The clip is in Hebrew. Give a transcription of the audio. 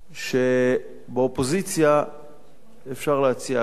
שבאופוזיציה אפשר להציע הכול,